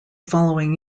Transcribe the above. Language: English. following